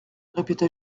répéta